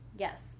Yes